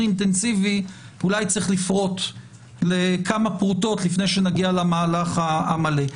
אינטנסיבי צריך לפרוט לכמה פרוטות לפני שנגיע למהלך המלא.